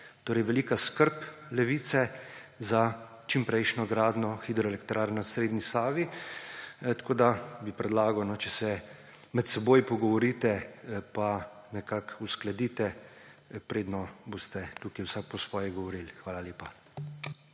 Torej velika skrb Levice za čimprejšnjo gradnjo hidroelektrarn na srednji Savi, tako da bi predlagal, da se med seboj pogovorite pa nekako uskladite, predno boste tukaj vsak po svoje govorili. Hvala lepa.